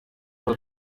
for